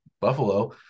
Buffalo